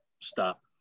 stop